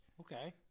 okay